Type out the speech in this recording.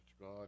God